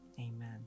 Amen